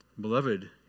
Beloved